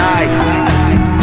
Nice